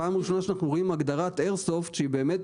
פעם ראשונה שאנחנו רואים הגדרת איירסופט שהיא באמת